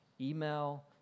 Email